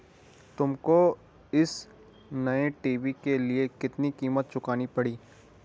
तुमको इस नए टी.वी के लिए कितनी कीमत चुकानी पड़ी?